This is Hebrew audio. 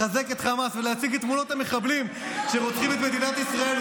לחזק את חמאס ולהציג את תמונות המחבלים שרוצחים את מדינת ישראל,